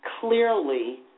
clearly